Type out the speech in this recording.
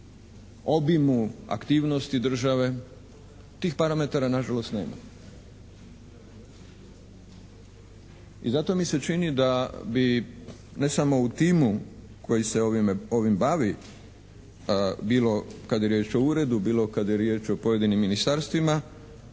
obimu aktivnosti države. Tih parametara nažalost nema. I zato mi se čini da bi ne samo u timu koji se ovim bavi, bilo kad je riječ o uredu, bilo kad je riječ o pojedinim ministarstvima